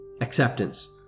acceptance